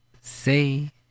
say